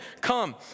come